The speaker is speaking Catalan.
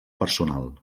personal